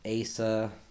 ASA